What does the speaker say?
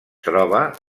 troba